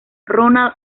ronald